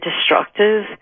destructive